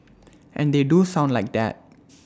and they do sound like that